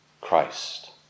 Christ